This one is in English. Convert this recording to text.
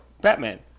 Batman